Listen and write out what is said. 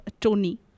Tony